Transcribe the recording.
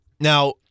Now